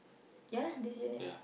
ya lah this unit